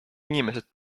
inimesed